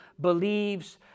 believes